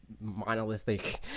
monolithic